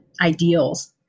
ideals